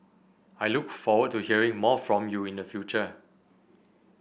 I look forward to hearing more from you in the future